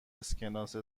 اسکناس